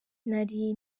nari